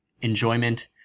enjoyment